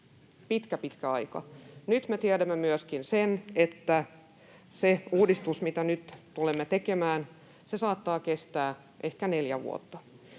pitkä aika. Nyt me tiedämme myöskin, että se uudistus, mitä nyt tulemme tekemään, saattaa kestää ehkä neljä vuotta.